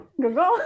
Google